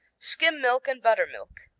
skim milk and buttermilk.